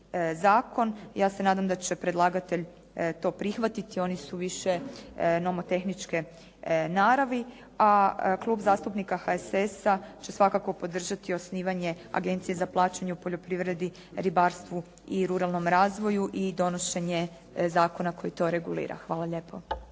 Ja se nadam da će predlagatelj to prihvatiti. Oni su više nomotehničke naravi, a Klub zastupnika HSS-a će svakako podržati osnivanje Agencije za plaćanje u poljoprivredi, ribarstvu i ruralnom razvoju i donošenje zakona koji to regulira. Hvala lijepo.